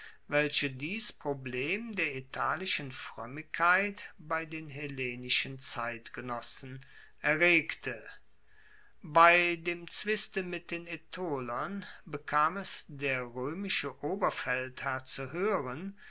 welche dies problem der italischen froemmigkeit bei den hellenischen zeitgenossen erregte bei dem zwiste mit den aetolern bekam es der roemische oberfeldherr zu hoeren